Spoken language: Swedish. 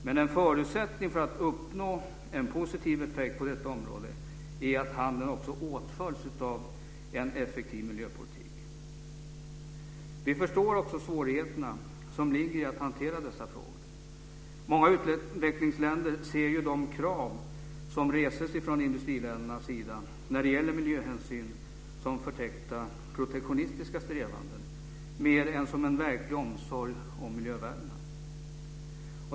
Men en förutsättning för att uppnå en positiv effekt på detta område är att handeln också åtföljs av en effektiv miljöpolitik. Vi förstår också svårigheterna som ligger i att hantera dessa frågor. Många utvecklingsländer ser de krav som reses från industriländernas sida när det gäller miljöhänsyn som förtäckta protektionistiska strävanden mer än som en verklig omsorg om miljövärdena.